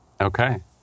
Okay